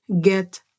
get